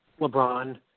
LeBron